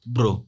Bro